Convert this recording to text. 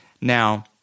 Now